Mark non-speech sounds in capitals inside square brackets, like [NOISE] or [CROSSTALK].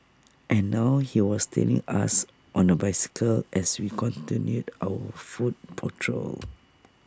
and now he was tailing us on A bicycle as we continued our foot patrol [NOISE]